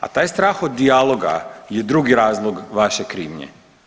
A taj strah od dijaloga je drugi razlog vaše krivnje.